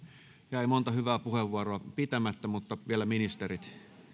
jäi monta hyvää puheenvuoroa pitämättä mutta vielä ministerit